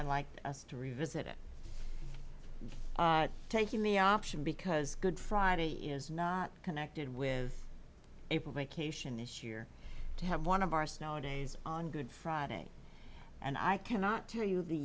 i'd like us to revisit it taking the option because good friday is not connected with april vacation this year to have one of our snow days on good friday and i cannot tell you the